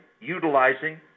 utilizing